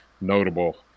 notable